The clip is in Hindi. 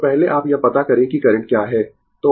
तो पहले आप यह पता करें कि करंट क्या है